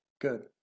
Good